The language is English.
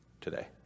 today